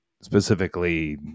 specifically